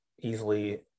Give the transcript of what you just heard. easily